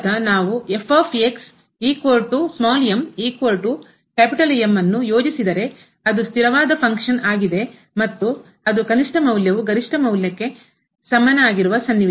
ಆದ್ದರಿಂದ ಮೂಲತಃ ನಾವು ಯೋಜಿಸಿದರೆ ಅದು ಸ್ಥಿರವಾದ ಫಂಕ್ಷನ್ ಆಗಿದೆ ಮತ್ತು ಅದು ಕನಿಷ್ಠ ಮೌಲ್ಯವು ಗರಿಷ್ಠ ಮೌಲ್ಯಕ್ಕೆ ಸಮನಾಗಿರುವ ಸನ್ನಿವೇಶ